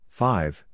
five